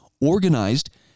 organized